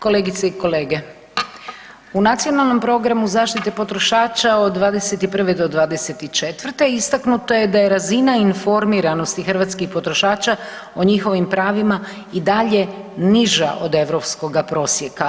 Kolegice i kolege, u Nacionalnom programu zaštite potrošača od 21. do 24. istaknuto je da je razina informiranosti hrvatskih potrošača o njihovim pravima i dalje niža od europskoga prosjeka.